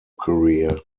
career